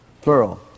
plural